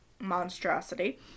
monstrosity